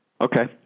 Okay